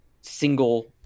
single